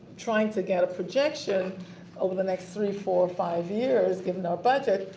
trying to get a projection over the next three, four, five years given our budget,